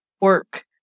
work